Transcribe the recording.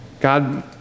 God